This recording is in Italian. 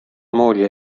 moglie